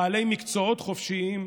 בעלי מקצועות חופשיים.